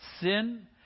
Sin